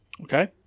Okay